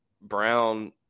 Brown –